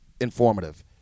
informative